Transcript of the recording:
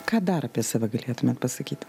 ką dar apie save galėtumėt pasakyt